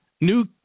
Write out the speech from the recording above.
new